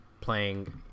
playing